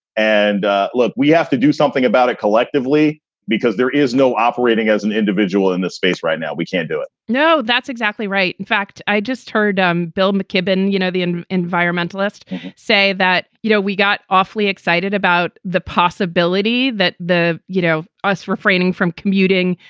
and look, we have to do something about it collectively because there is no operating as an individual in this space right now. we can't do it no. that's exactly right. in fact, i just heard um bill mckibben, you know, the environmentalist say that, you know, we got awfully excited about the possibility that the you know, us refraining from commuting,